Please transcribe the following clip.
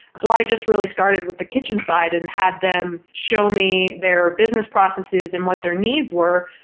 so i just really started with the kitchen side and had them show me their business processes and what their needs were.